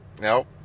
No